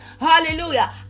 Hallelujah